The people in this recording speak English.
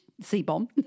C-bomb